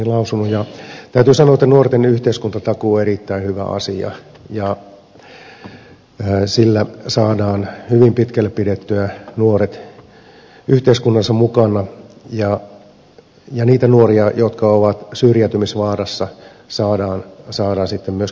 täytyy sanoa että nuorten yhteiskuntatakuu on erittäin hyvä asia ja sillä saadaan hyvin pitkälle pidettyä nuoret yhteiskunnassa mukana ja niitä nuoria jotka ovat syrjäytymisvaarassa saadaan sitten myöskin takaisin yhteiskuntaan